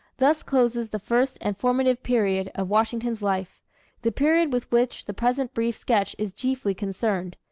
thus closes the first and formative period of washington's life the period with which the present brief sketch is chiefly concerned.